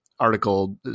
article